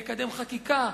לקדם חקיקה,